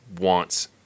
wants